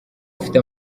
ufite